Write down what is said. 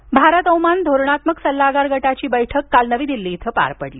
बैठक भारत ओमान धोरणात्मक सल्लागार गटाची बैठक काल नवी दिल्ली इथं पार पडली